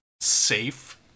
safe